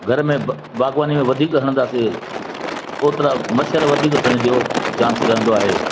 घर में बागबानी खे वधीक हणंदासीं ओतिरा मच्छर वधीक थियण जो चांस रहंदो आहे